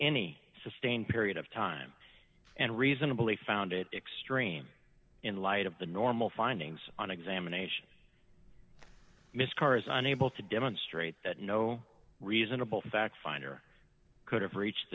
any sustained period of time and reasonably found it extreme in light of the normal findings on examination miss carr is unable to demonstrate that no reasonable fact finder could have reached